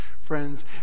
Friends